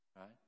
Right